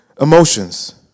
emotions